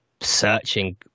searching